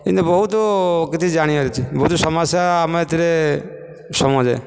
ଏମିତି ବହୁତ କିଛି ଜାଣିବାର ଅଛି ବହୁତ ସମସ୍ଯା ଆମର ଏଥିରେ ସମୟ ଯାଏ